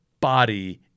body